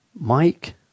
Mike